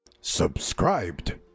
Subscribed